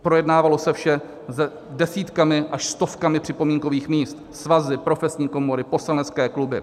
Projednávalo se vše s desítkami až stovkami připomínkových míst: svazy, profesní komory, poslanecké kluby.